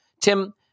Tim